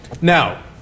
Now